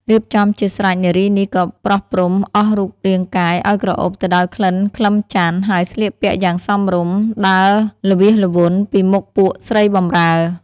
រៀបចំជាស្រេចនារីនេះក៏ប្រោះព្រំអស់រូបរាងកាយ ឲ្យក្រអូបទៅដោយក្លិនខ្លឹមចន្ទន៍ ហើយស្លៀកពាក់យ៉ាងសមរម្យ ដើរល្វាសល្វន់ពីមុខពួកស្រីបម្រើ ។